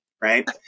right